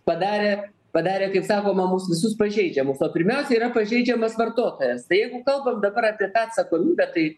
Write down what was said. padarė padarė kaip sakoma mus visus pažeidžiamus o pirmiausia yra pažeidžiamas vartotojas tai jeigu kalbam dabar apie tą atsakomybę tai